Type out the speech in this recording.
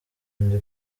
ndi